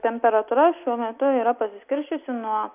temperatūra šiuo metu yra pasiskirsčiusi nuo